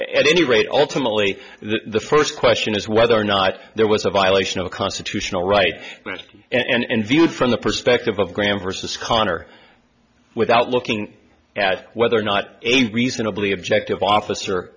at any rate ultimately the first question is whether or not there was a violation of a constitutional right and viewed from the perspective of graham versus conner without looking at whether or not a reasonably objective officer